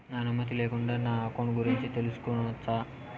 నా అనుమతి లేకుండా నా అకౌంట్ గురించి తెలుసుకొనొచ్చా?